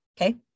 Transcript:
Okay